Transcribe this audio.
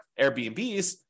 Airbnbs